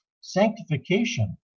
Sanctification